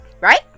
Right